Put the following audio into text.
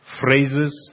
phrases